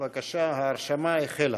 בבקשה, ההרשמה החלה.